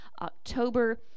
October